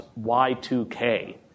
Y2K